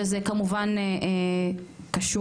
וזה כמובן קשור.